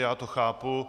Já to chápu.